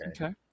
Okay